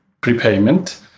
prepayment